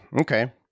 Okay